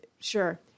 Sure